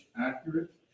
accurate